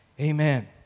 Amen